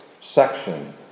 section